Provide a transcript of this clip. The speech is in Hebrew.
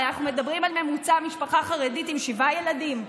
הרי אנחנו מדברים על משפחה חרדית עם שבעה ילדים בממוצע,